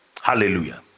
Hallelujah